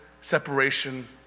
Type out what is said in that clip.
separation